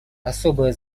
особое